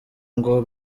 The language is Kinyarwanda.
ngo